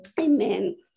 Amen